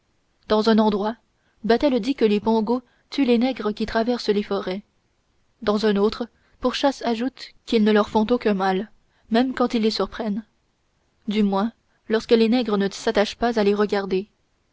dans un endroit battel dit que les pongos tuent les nègres qui traversent les forêts dans un autre purchass ajoute qu'ils ne leur font aucun mal même quand ils les surprennent du moins lorsque les nègres ne s'attachent pas à les regarder